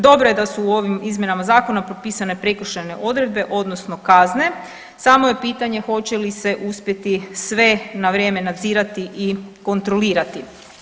Dobro je da su u ovim izmjenama zakona propisane prekršajne odredbe odnosno kazne samo je pitanje hoće li se uspjeti sve na vrijeme nadzirati i kontrolirati.